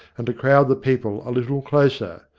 and to crowd the people a little closer.